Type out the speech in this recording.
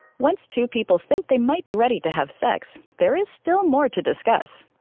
once two people think they might be ready to have sex, there is still more to discuss.